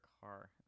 car